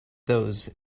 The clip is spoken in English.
those